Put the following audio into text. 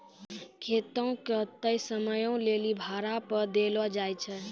खेतो के तय समयो लेली भाड़ा पे देलो जाय छै